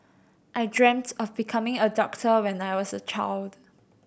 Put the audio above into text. I dreamt of becoming a doctor when I was a child